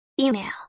Email